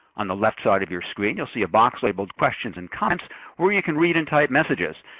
on the left side of your screen, you'll see a box labeled questions and comments where you can read and type messages.